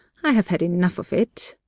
i have had enough of it.